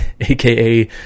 AKA